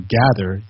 gather